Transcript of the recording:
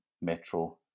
Metro